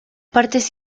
partes